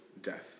death